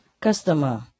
Customer